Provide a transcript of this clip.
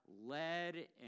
led